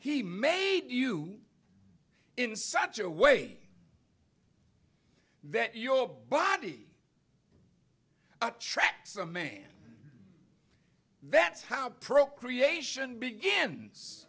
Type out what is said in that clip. he made you in such a way that your body attracts a man that's how procreation begins